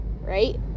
right